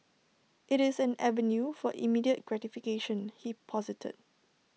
IT is an avenue for immediate gratification he posited